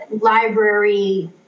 library